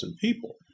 people